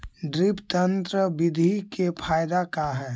Drip तन्त्र बिधि के फायदा का है?